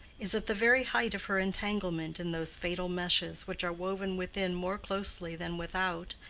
is at the very height of her entanglement in those fatal meshes which are woven within more closely than without,